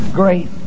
great